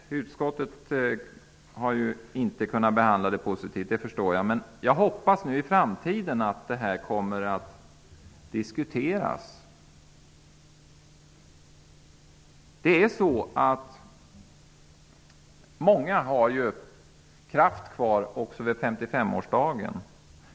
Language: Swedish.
Jag förstår att utskottet inte har kunnat behandla detta förslag positivt, men jag hoppas att förslaget kommer att diskuteras i framtiden. Många människor har kraft kvar även vid 55 årsdagen.